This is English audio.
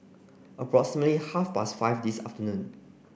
approximately half past five this afternoon